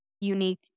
unique